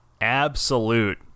absolute